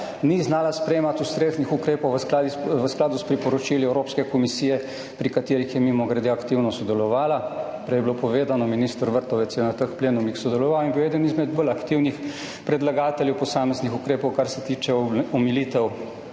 ni znala sprejemati ustreznih ukrepov v skladu s priporočili Evropske komisije, pri katerih je, mimogrede, aktivno sodelovala. Prej je bilo povedano, minister Vrtovec je na teh plenumih sodeloval, bil je eden izmed bolj aktivnih predlagateljev posameznih ukrepov, kar se tiče omilitve